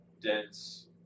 dense